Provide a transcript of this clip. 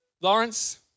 Lawrence